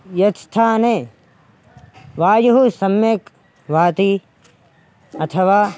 यत्स्थाने वायुः सम्यक् वाति अथवा